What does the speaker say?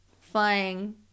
flying